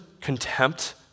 contempt